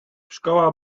szkoła